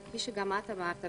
כפי שגם את אמרת,